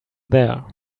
there